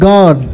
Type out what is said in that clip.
God